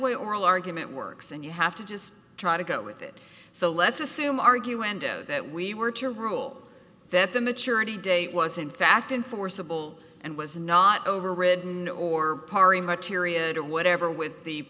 way oral argument works and you have to just try to go with it so let's assume argue window that we were to rule that the maturity date was in fact enforceable and was not overridden or karima tyria whatever with the